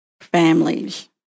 families